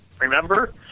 Remember